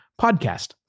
podcast